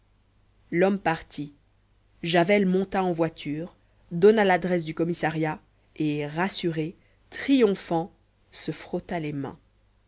l'homme partit javel monta en voiture donna l'adresse du commissariat et rassuré triomphant se frotta les mains